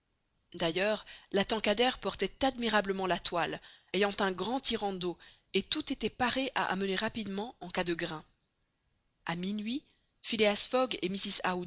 d'ailleurs la tankadère portait admirablement la toile ayant un grand tirant d'eau et tout était paré à amener rapidement en cas de grain a minuit phileas fogg